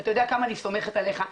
אתה יודע כמה אני סומכת עליך,